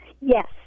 Yes